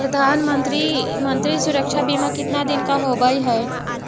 प्रधानमंत्री मंत्री सुरक्षा बिमा कितना दिन का होबय है?